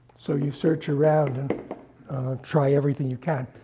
so you search around and try everything you can.